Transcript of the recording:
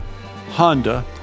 Honda